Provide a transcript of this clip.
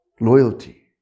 Loyalty